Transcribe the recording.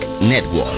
Network